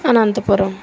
Anantapuram